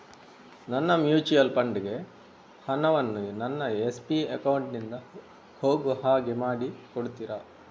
ನನ್ನ mutual fund ಗೆ ಹಣ ವನ್ನು ನನ್ನ ಎಸ್.ಬಿ ಅಕೌಂಟ್ ನಿಂದ ಹೋಗು ಹಾಗೆ ಮಾಡಿಕೊಡುತ್ತೀರಾ?